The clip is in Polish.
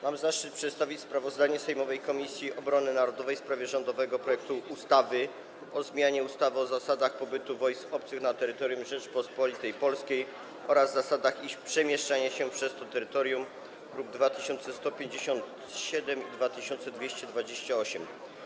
Mam zaszczyt przedstawić sprawozdanie sejmowej Komisji Obrony Narodowej o rządowym projekcie ustawy o zmianie ustawy o zasadach pobytu wojsk obcych na terytorium Rzeczypospolitej Polskiej oraz zasadach ich przemieszczania się przez to terytorium, druki nr 2157 i 2228.